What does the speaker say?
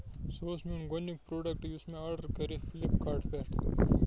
سُہ اوس میوٚن گۄڈٕنیُک پروڈکٹ یُس مےٚ آرڈر کَرے فِلپ کاٹہٕ پٮ۪ٹھ